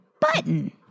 button